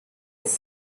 was